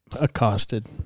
Accosted